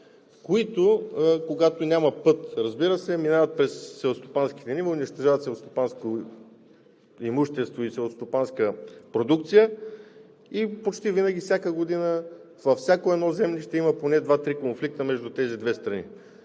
които, когато няма път, разбира се, минават през селскостопанските ниви, унищожават селскостопанско имущество и селскостопанска продукция и почти винаги всяка година във всяко едно землище има поне два-три конфликта между тези две страни.